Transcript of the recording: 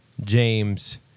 James